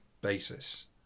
basis